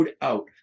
out